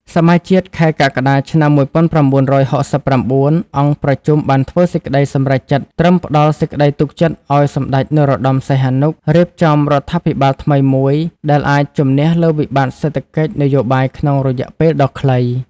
សមាជជាតិខែកក្កដា ឆ្នាំ ១៩៦៩ អង្គប្រជុំបានធ្វើសេចក្តីសម្រេចចិត្តត្រឹមផ្ដល់សេចក្ដីទុកចិត្តឱ្យសម្ដេចនរោត្តម សីហនុ រៀបចំរដ្ឋាភិបាលថ្មីមួយដែលអាចជំនះលើវិបត្តិសេដ្ឋកិច្ចនយោបាយក្នុងរយៈពេលដ៏ខ្លី។